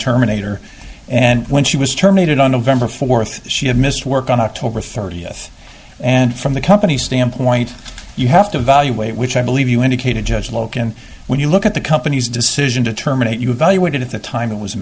terminate her and when she was terminated on november fourth she had miss work on october thirtieth and from the company's standpoint you have to evaluate which i believe you indicated judge loken when you look at the company's decision to terminate you evaluated at the time it was